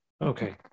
Okay